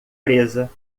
americana